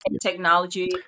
technology